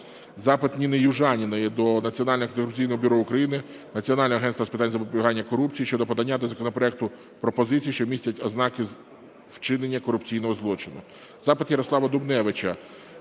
Запит Ніни Южаніної до Національного антикорупційного бюро України, Національного агентства з питань запобігання корупції щодо поданих до законопроекту пропозицій, що містять ознаки вчинення корупційного злочину.